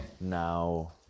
now